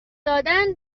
دادن